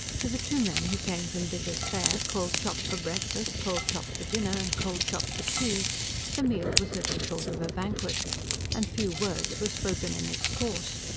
to the two men who came from diggers' fare cold chop for breakfast, cold chop for dinner and cold chop for tea the meal was little short of a banquet and few words were spoken in its course.